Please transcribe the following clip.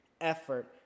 effort